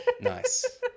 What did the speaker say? Nice